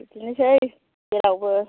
बिदिनोसै जोंनावबो